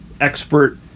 expert